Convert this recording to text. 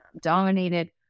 dominated